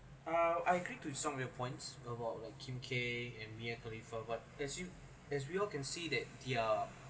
uh I agree to some of your points about like kim K and mia kalifa what as you as all can see that their